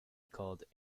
called